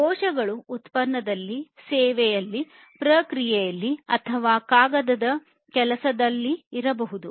ದೋಷಗಳು ಉತ್ಪನ್ನದಲ್ಲಿ ಸೇವೆಯಲ್ಲಿ ಪ್ರಕ್ರಿಯೆಯಲ್ಲಿ ಅಥವಾ ಕಾಗದದ ಕೆಲಸಗಳಲ್ಲಿರಬಹುದು